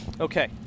okay